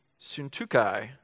Suntukai